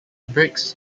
bricks